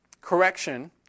correction